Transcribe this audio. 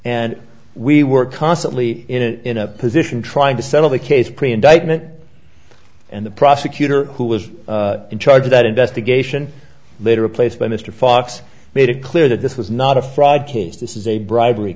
and we were constantly in a position trying to settle the case pretty indictment and the prosecutor who was in charge of that investigation later replaced by mr fox made it clear that this was not a fraud case this is a bribery